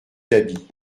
dhabi